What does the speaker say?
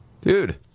Dude